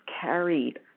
carried